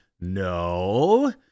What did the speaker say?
no